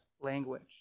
language